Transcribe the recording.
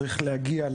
צריך להגיע,